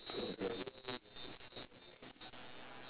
problem